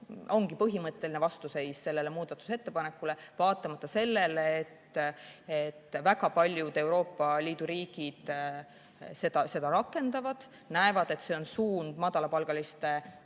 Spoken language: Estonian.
ongi põhimõtteline vastuseis sellele muudatusettepanekule, vaatamata sellele, et väga paljud Euroopa Liidu riigid seda rakendavad ja näevad, et see on suund madalapalgaliste